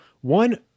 one